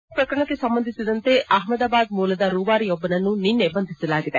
ಇದೇ ಪ್ರಕರಣಕ್ಕೆ ಸಂಬಂಧಿಸಿದಂತೆ ಅಹಮದಾಬಾದ್ ಮೂಲದ ರೂವಾರಿಯೊಬ್ಬನನ್ನು ನಿನ್ನೆ ಬಂಧಿಸಲಾಗಿದೆ